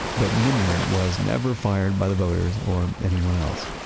but minyard was never fired by the voters or anyone else.